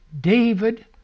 David